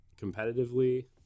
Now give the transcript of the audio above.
competitively